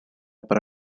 para